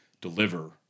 deliver